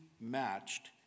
matched